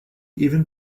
even